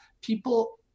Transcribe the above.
people